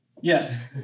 yes